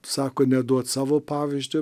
sako neduot savo pavyzdžio